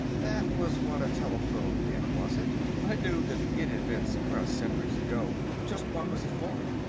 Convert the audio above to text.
that was what a telephone meant, was it? i knew that it had been suppressed centuries ago. just what was it for?